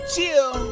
Chill